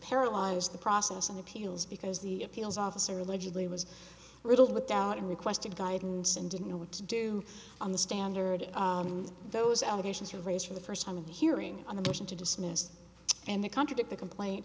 paralyzed the process in the appeals because the appeals officer allegedly was riddled with doubt and requested guidance and didn't know what to do on the standard those allegations you raise for the first time of the hearing on the mission to dismiss and to contradict the complaint